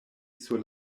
sur